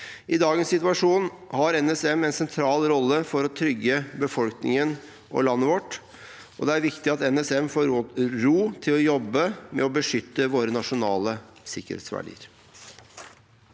I dagens situasjon har NSM en sentral rolle for å trygge befolkningen og landet vårt. Det er viktig at NSM får ro til å jobbe med å beskytte våre nasjonale sikkerhetsverdier.